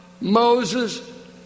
Moses